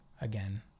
again